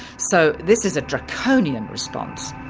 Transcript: so this is a draconian response.